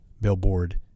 Billboard